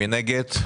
מי נגד?